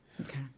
okay